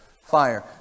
fire